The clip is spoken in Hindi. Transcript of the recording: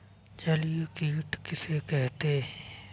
जलीय कीट किसे कहते हैं?